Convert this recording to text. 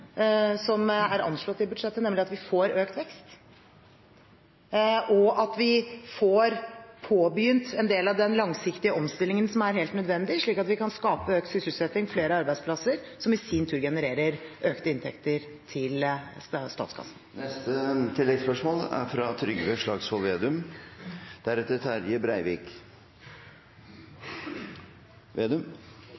som er anslått i budsjettet, nemlig at vi får økt vekst, og at vi får påbegynt en del av den langsiktige omstillingen som er helt nødvendig, slik at vi kan skape økt sysselsetting, flere arbeidsplasser, som i sin tur genererer økte inntekter til statskassen.